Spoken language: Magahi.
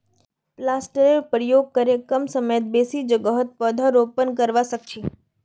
प्लांटरेर प्रयोग करे कम समयत बेसी जोगहत पौधरोपण करवा सख छी